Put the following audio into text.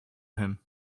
him